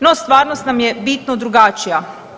No, stvarnost nam je bitno drugačija.